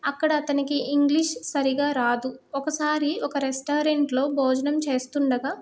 అక్కడ అతనికి ఇంగ్లీష్ సరిగా రాదు ఒకసారి ఒక రెస్టారెంట్లో భోజనం చేస్తుండగా